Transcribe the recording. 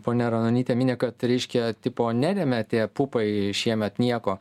ponia ranonytė mini kad ryškia tipo nelemia tie pupai šiemet nieko